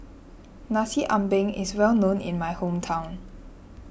Nasi Ambeng is well known in my hometown